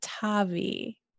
Tavi